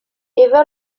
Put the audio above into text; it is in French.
eva